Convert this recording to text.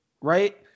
right